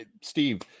Steve